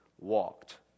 walked